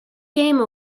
game